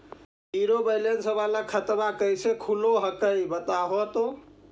Zero balance वाला खतवा कैसे खुलो हकाई बताहो तो?